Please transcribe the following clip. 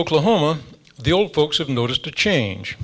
oklahoma the old folks have noticed a change